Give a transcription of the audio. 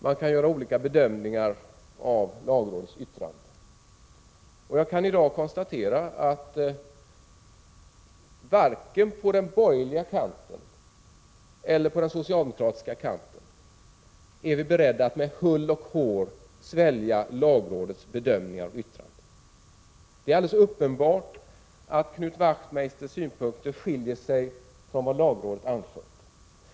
Man kan göra olika ASS SI bedömningar av lagrådets yttrande. Jag kan i dag konstatera att varken på ivförsäkringsbolag, m.m. den borgerliga kanten eller på den socialdemokratiska kanten är vi beredda att med hull och hår svälja lagrådets bedömningar och yttrande. Det är alldeles uppenbart att Knut Wachtmeisters synpunkter skiljer sig från vad lagrådet anfört.